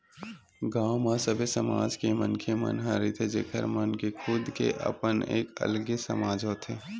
गाँव म सबे समाज के मनखे मन ह रहिथे जेखर मन के खुद के अपन एक अलगे समाज होथे